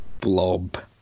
blob